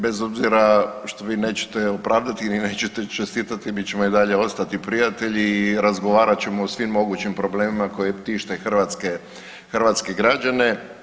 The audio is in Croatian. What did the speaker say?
Bez obzira što vi nećete opravdati niti nećete čestitati mi ćemo i dalje ostati prijatelji i razgovarat ćemo o svim mogućim problemima koji tište hrvatske građane.